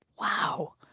wow